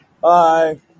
Bye